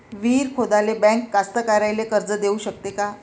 विहीर खोदाले बँक कास्तकाराइले कर्ज देऊ शकते का?